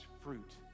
fruit